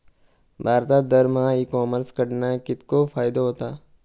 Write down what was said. भारतात दरमहा e commerce कडणा कितको फायदो होता?